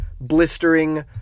blistering